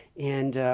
and,